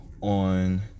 on